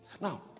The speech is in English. now